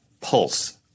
pulse